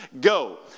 go